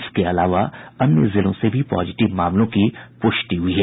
इसके अलावा अन्य जिलों से भी पॉजिटिव मामलों की पुष्टि हुई है